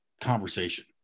conversation